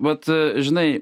vat žinai